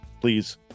please